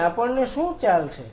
અને આપણને શું ચાલશે